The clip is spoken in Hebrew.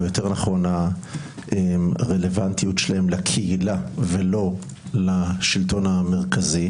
או יותר נכון הרלוונטיות שלהם לקהילה ולא לשלטון המרכזי.